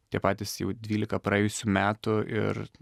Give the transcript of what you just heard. tie patys jau dvylika praėjusių metų ir